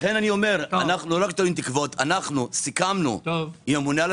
לכן אני אומר אנחנו סיכמנו עם הממונה על